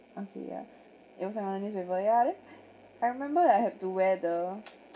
okay yeah it was on the newspaper I remember I had to wear the